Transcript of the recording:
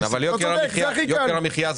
זה הכי קל,